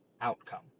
outcome